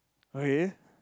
okay